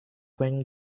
wearing